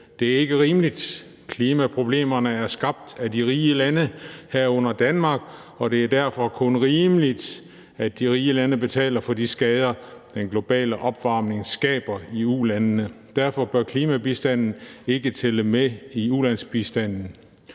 Det er ikke rimeligt. Klimaproblemerne er skabt af de rige lande, herunder Danmark, og det er derfor kun rimeligt, at de rige lande betaler for de skader, den globale opvarmning skaber i ulandene. Derfor bør klimabistand ikke tælle med i ulandsbistanden«.